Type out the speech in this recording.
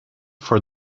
for